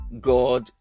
God